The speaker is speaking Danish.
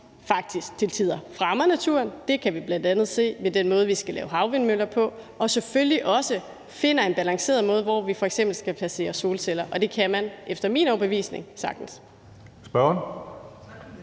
vi faktisk til tider fremmer naturen – det kan vi bl.a. se ved den måde, vi skal lave havvindmøller på – og selvfølgelig også finder en balanceret måde, hvor vi f.eks. skal placere solceller. Og det kan man efter min overbevisning sagtens.